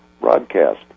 broadcast